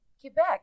Quebec